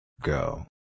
Go